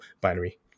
binary